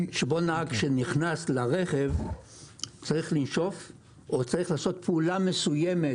שבו נהג שנכנס לרכב צריך לשאוף או צריך לעשות פעולה מסוימת